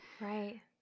Right